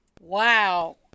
Wow